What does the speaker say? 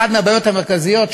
אחת הבעיות המרכזיות,